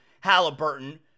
Halliburton